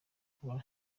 kuba